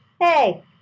Hey